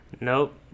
nope